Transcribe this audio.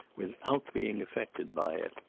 without being affected by it.